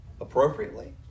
appropriately